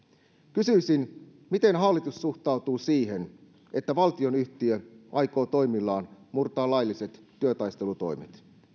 kysyisin miten hallitus suhtautuu siihen että valtionyhtiö aikoo toimillaan murtaa lailliset työtaistelutoimet